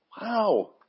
Wow